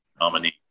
nominee